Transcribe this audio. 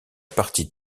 partie